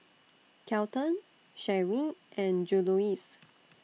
Kelton Sheree and Juluis